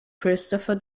christopher